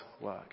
work